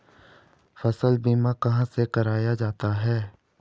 फसल बीमा कहाँ से कराया जाता है?